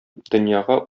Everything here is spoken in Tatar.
дөньяга